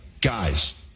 guys